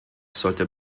sollte